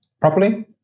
properly